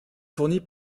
fournies